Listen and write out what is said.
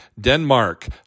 Denmark